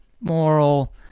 moral